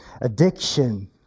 addiction